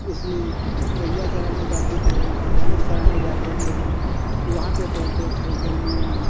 उसमें गैया चराने जाते थे भैंस चराने जाते थे वहाँ पे तैरते थे गर्मियों में